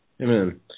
amen